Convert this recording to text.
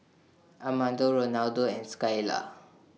Amado Rolando and Skyla